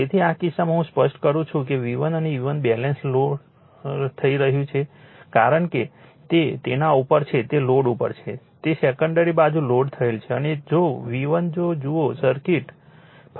તેથી આ કિસ્સામાં હું સ્પષ્ટ કરું છું કે V1 અને E1 બેલેન્સ લોસ્ટ થઈ ગયું છે કારણ કે તે તેના ઉપર છે તે લોડ ઉપર છે સેકન્ડરી બાજુ લોડ થયેલ છે અને જો V1 જો જુઓ સર્કિટ ફક્ત પ્રથમ મને અહી સમજાવવા દો